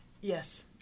Yes